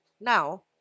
Now